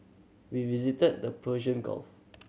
we visited the Persian Gulf